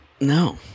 No